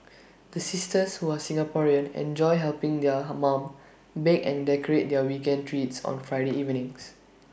the sisters who are Singaporean enjoy helping their mum bake and decorate their weekend treats on Friday evenings